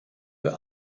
für